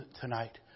tonight